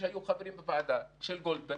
שהיו חברים בוועדת גולדברג,